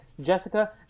Jessica